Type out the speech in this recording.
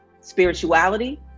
spirituality